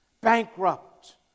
bankrupt